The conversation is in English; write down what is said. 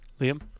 Liam